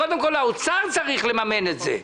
קודם כול האוצר צריך לממן את זה,